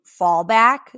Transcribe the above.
fallback